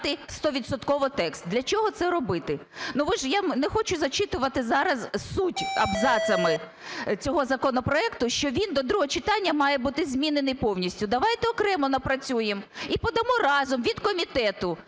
стовідсотково текст. Для чого це робити? Ну, ви ж… Я не хочу зачитувати суть абзацами цього законопроекту, що він до другого читання має бути змінений повністю. Давайте окремо напрацюємо і подамо разом від комітету,